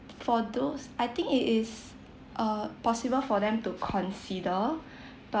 for those I think it is uh possible for them to consider but